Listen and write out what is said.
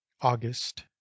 August